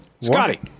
Scotty